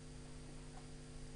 בבקשה.